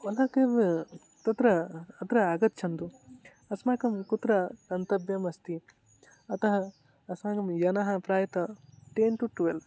OLA cab तत्र अत्र आगच्छन्तु अस्माकं कुत्र गन्तव्यम् अस्ति अतः अस्माकं जनः प्रायतः टेन् टु ट्वेल्